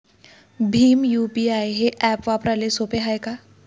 Bhim UPI हे app वापराले सोपे हाय का?